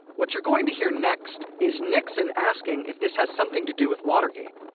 what you're going to hear next is nixon asking if this has something to do with watergate,